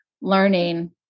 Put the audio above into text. learning